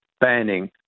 banning